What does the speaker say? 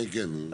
כן, כן.